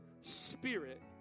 spirit